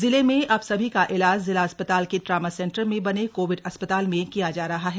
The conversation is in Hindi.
जिले में अब सभी का इलाज जिला अस्पताल के ट्रॉमा सेंटर में बने कोविड अस्पताल में किया जा रहा है